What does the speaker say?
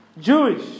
Jewish